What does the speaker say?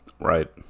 Right